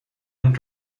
این